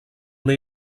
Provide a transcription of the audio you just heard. una